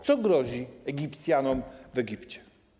Co grozi Egipcjanom w Egipcie?